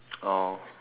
oh